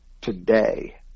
today